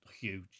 huge